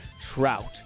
Trout